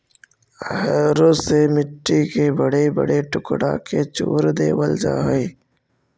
harrow से मट्टी के बड़े बड़े टुकड़ा के चूर देवल जा हई